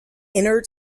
inner